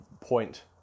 point